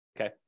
okay